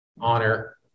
honor